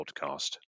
podcast